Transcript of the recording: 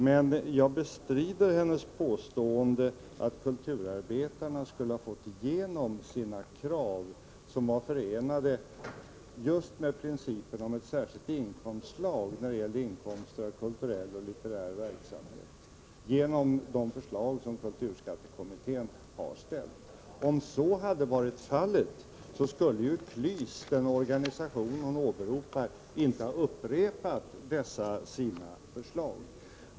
Men jag bestrider hennes påstående att kulturarbetarna skulle ha fått igenom sina krav, som var förenade just med principen om ett särskilt inkomstslag när det gäller inkomster av kulturell och litterär verksamhet, genom de förslag som kulturskattekommittén har lagt fram. Om så hade varit fallet, skulle ju KLYS, den organisation hon åberopar, inte ha upprepat sina förslag.